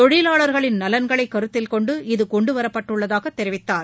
தொழிலாளர்களின் நலன்களை கருத்தில் கொண்டு இது கொண்டுவரப்பட்டுள்ளதாக தெரிவித்தார்